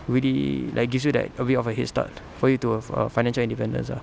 really like gives you that a bit of a headstart for you to have err financial independence ah